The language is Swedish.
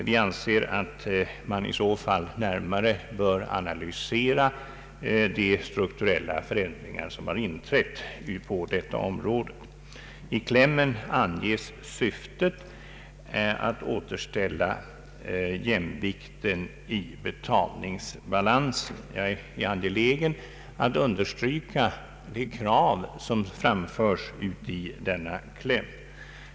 Vi anser att man i så fall närmare bör analysera de strukturella förändringar som har inträtt på detta område. I klämmen anges syftet vara att återställa jämvikten i betalningsbalansen. Jag är angelägen om att understryka det krav som framförs i denna kläm.